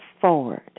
forward